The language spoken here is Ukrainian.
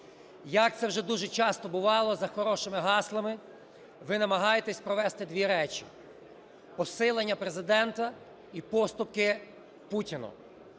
Як це вже дуже часто бувало, за хорошими гаслами ви намагаєтесь провести дві речі: посилення Президента і поступки Путіну.